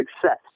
success